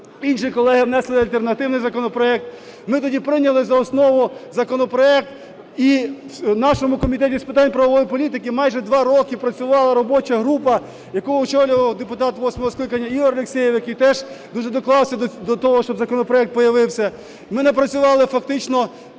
Інші колеги внесли альтернативний законопроект. Ми тоді прийняли за основу законопроект. І в нашому Комітеті з питань правової політики майже два роки працювала робоча група, яку очолював депутат восьмого скликання Ігор Алексєєв, який теж дуже доклався до того, щоб законопроект появився. Ми напрацювали фактично